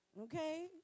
Okay